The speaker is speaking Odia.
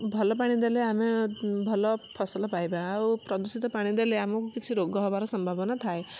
ଭଲ ପାଣି ଦେଲେ ଆମେ ଭଲ ଫସଲ ପାଇବା ଆଉ ପ୍ରଦୂଷିତ ପାଣି ଦେଲେ ଆମକୁ କିଛି ରୋଗ ହବାର ସମ୍ଭାବନା ଥାଏ